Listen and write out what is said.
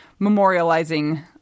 memorializing